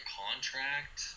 contract